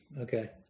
Okay